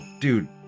dude